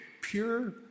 pure